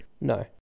No